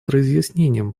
разъяснением